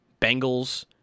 Bengals